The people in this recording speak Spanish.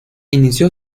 inició